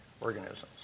organisms